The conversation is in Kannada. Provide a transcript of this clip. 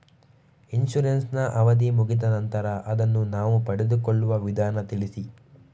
ಇನ್ಸೂರೆನ್ಸ್ ನ ಅವಧಿ ಮುಗಿದ ನಂತರ ಅದನ್ನು ನಾವು ಪಡೆದುಕೊಳ್ಳುವ ವಿಧಾನ ತಿಳಿಸಿ?